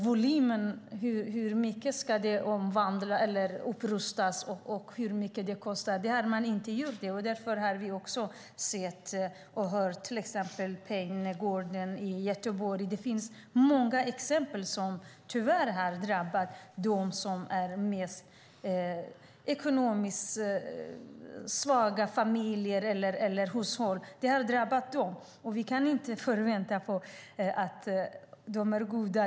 Hur mycket som ska upprustas och hur mycket det kommer att kosta har inte diskuterats. Det har vi hört många exempel på. Det har tyvärr drabbat de ekonomiskt svagaste familjerna och hushållen. Vi kan inte förvänta oss att fastighetsägarna är "goda".